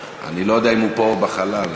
אני לא יודע אם הוא פה או בחלל.